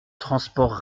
transport